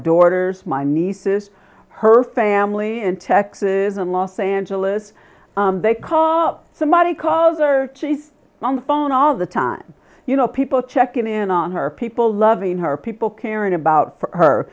daughter's my nieces her family in texas in los angeles they call up somebody calls or she's on the phone all the time you know people checking in on her people loving her people caring about